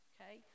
Okay